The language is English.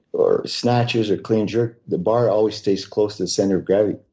or snatches or clean jerk, the bar always stays close to the center of gravity.